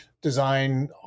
design